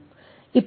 இப்போது எல்